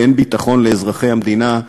באין ביטחון לאזרחי המדינה,